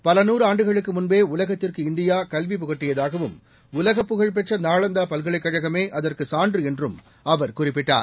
பலநூறு ஆண்டுகளுக்கு முன்பே உலகத்திற்கு இந்தியா கல்வி புகட்டியதாகவும் உலகப்புகழ் பெற்ற நாளந்தா பல்கலைக் கழகமே அதற்குச் சான்று என்றும் அவர் குறிப்பிட்டார்